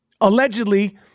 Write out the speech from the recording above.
allegedly